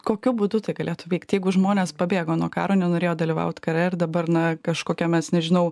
kokiu būdu tai galėtų vykt jeigu žmonės pabėgo nuo karo nenorėjo dalyvaut kare ir dabar na kažkokia mes nežinau